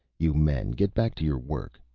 you men get back to your work.